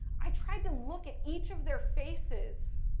i tried to look at each of their faces.